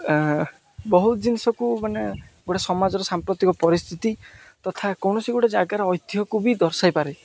ବହୁତ ଜିନିଷକୁ ମାନେ ଗୋଟେ ସମାଜର ସାମ୍ପ୍ରତିକ ପରିସ୍ଥିତି ତଥା କୌଣସି ଗୋଟେ ଜାଗାର ଐତିହ୍ୟକୁ ବି ଦର୍ଶାଇ ପାରେ